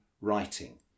writing